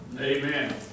Amen